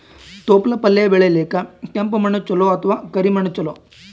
ತೊಪ್ಲಪಲ್ಯ ಬೆಳೆಯಲಿಕ ಕೆಂಪು ಮಣ್ಣು ಚಲೋ ಅಥವ ಕರಿ ಮಣ್ಣು ಚಲೋ?